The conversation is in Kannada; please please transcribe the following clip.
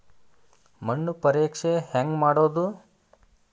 ಮಣ್ಣು ಪರೇಕ್ಷೆ ಹೆಂಗ್ ಮಾಡೋದು?